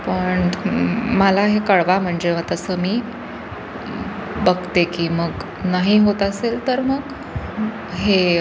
पण मला हे कळवा म्हणजे मग तसं मी बघते की मग नाही होत असेल तर मग हे